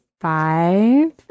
five